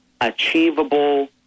achievable